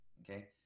okay